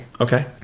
okay